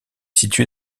située